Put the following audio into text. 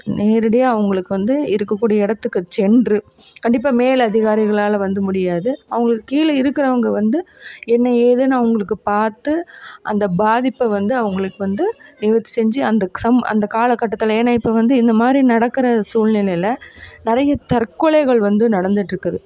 நேரடியாக அவங்களுக்கு வந்து இருக்கக்கூடிய இடத்துக்கு சென்று கண்டிப்பாக மேல் அதிகாரிகளால் வந்து முடியாது அவங்களுக்கு கீழே இருக்கிறவங்க வந்து என்ன ஏதுன்னு அவங்களுக்கு பார்த்து அந்த பாதிப்பை வந்து அவங்களுக்கு வந்து நிவர்த்தி செஞ்சு அந்த சம் அந்த காலக் கட்டத்தில் ஏனால் இப்போ வந்து இந்தமாதிரி நடக்கிற சூழ்நிலையில் நிறைய தற்கொலைகள் வந்து நடந்துகிட்டு இருக்குது